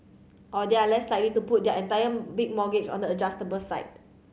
or they are less likely to put their entire big mortgage on the adjustable side